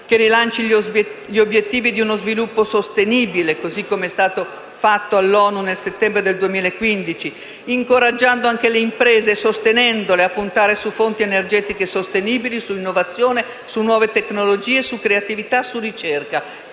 che rilanci gli obiettivi di uno sviluppo sostenibile, così come è stato fatto all'ONU nel settembre 2015, incoraggiando anche le imprese e sostenendole a puntare su fonti energetiche sostenibili, innovazione, nuove tecnologie, creatività e ricerca.